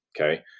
Okay